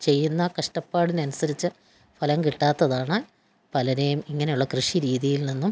ചെയ്യുന്ന കഷ്ടപ്പാടിനനുസരിച്ച് ഫലം കിട്ടാത്തതാണ് പലരെയും ഇങ്ങനെയുള്ള കൃഷി രീതിയിൽ നിന്നും